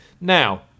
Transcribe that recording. Now